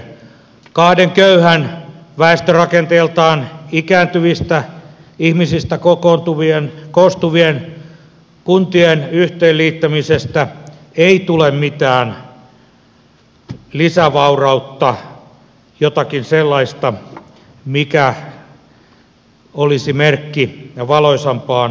kahden köyhän väestörakenteeltaan ikääntyvistä ihmisistä koostuvan kunnan yhteen liittämisestä ei tule mitään lisävaurautta jotakin sellaista mikä olisi merkki valoisampaan tulevaisuuteen päinvastoin